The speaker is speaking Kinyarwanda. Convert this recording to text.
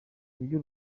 ibyo